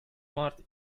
mart